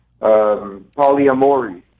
polyamory